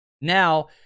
Now